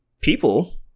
people